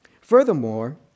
Furthermore